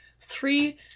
three